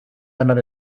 ganar